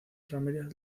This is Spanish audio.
ramírez